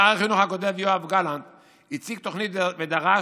שר החינוך הקודם יואב גלנט הציג תוכנית ודרש